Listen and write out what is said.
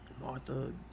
Martha